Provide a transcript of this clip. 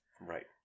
right